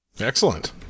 Excellent